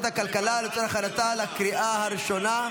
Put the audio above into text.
הכלכלה לצורך הכנתה לקריאה הראשונה.